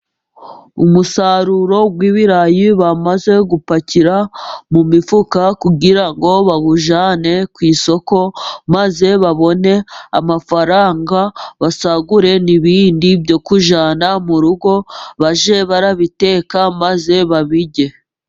Umusaruro w'ibirayi bamaze gupakira mu mifuka ,kugira ngo bawujyane ku isoko maze babone amafaranga, basagure n'ibindi byo kujyana mu rugo bajye barabiteka maze babirye.